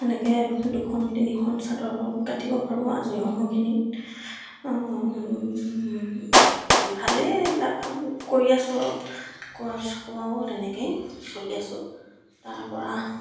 তেনেকৈ দুখন তিনিখন চাদৰ গাঠিব পাৰোঁ আজৰি সময়খিনিত ভালেই এইবিলাক কাম কৰি আছোঁ আৰু কোৱা আৰু তেনেকেই চলি আছোঁ তাৰ পৰা